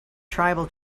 tribal